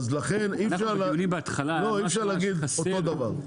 ולכן אי-אפשר להגיד אותו דבר.